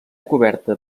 coberta